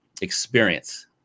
experience